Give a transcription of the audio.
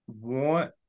want